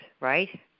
Right